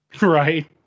Right